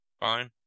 fine